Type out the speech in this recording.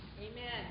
Amen